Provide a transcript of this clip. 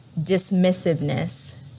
dismissiveness